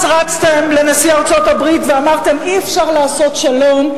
אז רצתם לנשיא ארצות-הברית ואמרתם: אי-אפשר לעשות שלום,